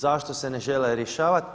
Zašto se ne žele rješavati?